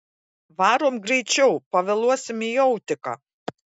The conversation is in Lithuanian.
varom greičiau pavėluosim į autiką